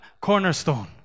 cornerstone